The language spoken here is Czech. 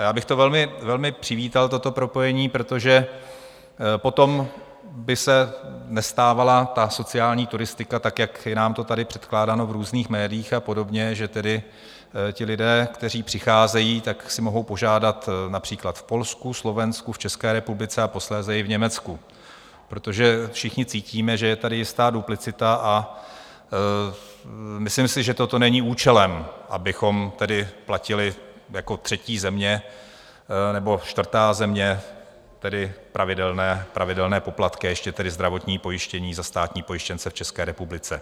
Já bych to velmi, velmi přivítal, toto propojení, protože potom by se nestávala sociální turistika tak, jak je nám to tady předkládáno v různých médiích a podobně, že lidé, kteří přicházejí, si mohou požádat například v Polsku, na Slovensku, v České republice a posléze i v Německu, protože všichni cítíme, že je tady jistá duplicita, a myslím si, že toto není účelem, abychom platili jako třetí země nebo čtvrtá země pravidelné poplatky a ještě zdravotní pojištění za státní pojištěnce v České republice.